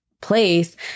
place